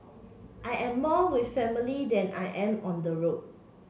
I am more with family than I am on the road